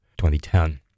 2010